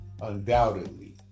Undoubtedly